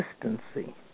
consistency